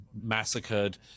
massacred